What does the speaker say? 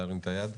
להרים את היד.